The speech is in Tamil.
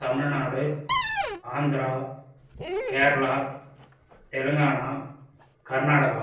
தமிழ்நாடு ஆந்திரா கேரளா தெலுங்கானா கர்நாடகா